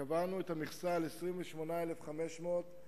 קבענו את המכסה על 28,500 עובדים,